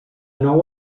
nou